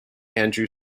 andrew